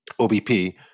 OBP